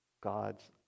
God's